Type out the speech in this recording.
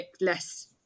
less